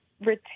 retain